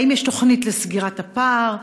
האם יש תוכנית לסגירת הפער?